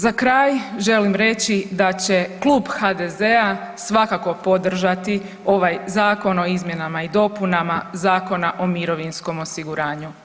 Za kraj želim reći da će Klub HDZ-a svakako podržati ovaj Zakon o izmjenama i dopunama Zakona o mirovinskom osiguranju.